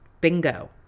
bingo